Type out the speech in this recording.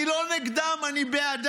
אני לא נגדם, אני בעדם.